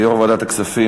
יושב-ראש ועדת הכספים,